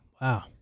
Wow